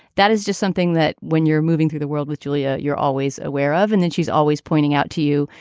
that is just something that when you're moving through the world with julia, you're always aware of. and then she's always pointing out to you,